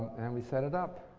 and we set it up.